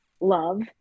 love